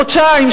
חודשיים,